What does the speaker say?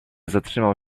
zatrzymał